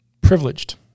privileged